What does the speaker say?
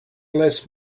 bless